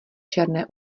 černé